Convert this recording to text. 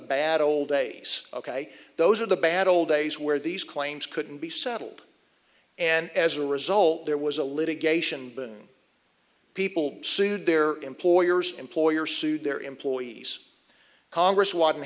bad old days ok those are the bad old days where these claims couldn't be settled and as a result there was a litigation people sued their employers employer sued their employees congress wa